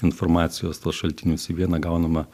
informacijos tuos šaltinius į vieną gaunama